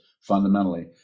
fundamentally